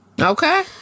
Okay